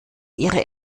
ihre